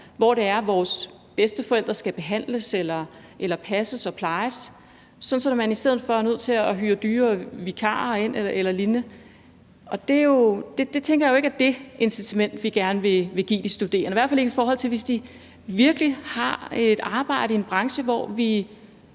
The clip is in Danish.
hvor vores bedsteforældre skal behandles eller passes og plejes, sådan at man i stedet for er nødt til at hyre dyre vikarer ind eller lignende. Det tænker jeg jo ikke er det incitament, vi gerne vil give de studerende, i hvert fald ikke hvis de har et arbejde i en branche, hvor de